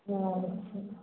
अच्छा